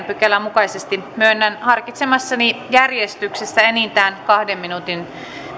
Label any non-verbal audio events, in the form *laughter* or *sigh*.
*unintelligible* pykälän mukaisesti myönnän harkitsemassani järjestyksessä enintään kahden minuutin